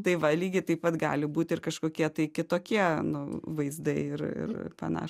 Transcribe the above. tai va lygiai taip pat gali būti ir kažkokie tai kitokie nu vaizdai ir ir panaš